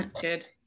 Good